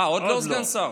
אה, עוד לא סגן שר?